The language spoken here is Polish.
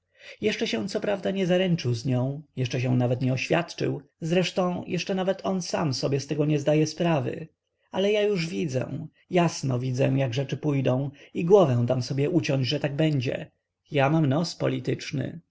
jeszcze się coprawda nie zaręczył z nią jeszcze się nawet nie oświadczył zresztą jeszcze nawet on sam sobie z tego nie zdaje sprawy ale ja już widzę jasno widzę jak rzeczy pójdą i głowę dam sobie uciąć że tak będzie ja mam nos polityczny